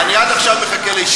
אני עד עכשיו מחכה לישיבה אתם.